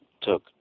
took